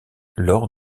lors